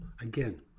again